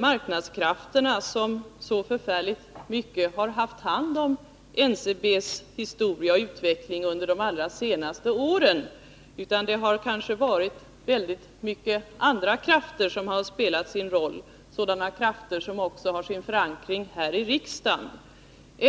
marknadskrafterna som så förfärligt mycket har haft hand om NCB:s historia och utveckling under de allra senaste åren, utan kanske har en stor mängd andra krafter svelat sin roll — sådana krafter som också har sin förankring här i riksdagen.